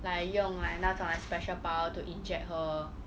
like 用 like 那种 have special power to inject her